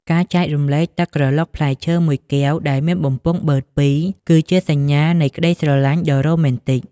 ការចែករំលែកទឹកក្រឡុកផ្លែឈើមួយកែវដែលមានបំពង់បឺតពីរ គឺជាសញ្ញានៃក្តីស្រឡាញ់ដ៏រ៉ូមែនទិក។